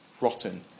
rotten